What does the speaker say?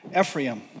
Ephraim